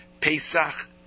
Pesach